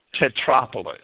Tetropolis